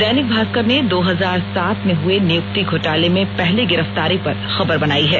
दैनिक भास्कर ने दो हजार सात में हुए नियुक्ति घोटाले में पहली गिरफ्तारी पर खबर बनायी है